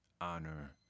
honor